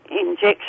injection